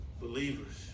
believers